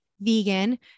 vegan